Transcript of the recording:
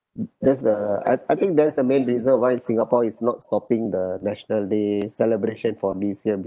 that's the I I think that's the main reason why singapore is not stopping the national day celebration for this year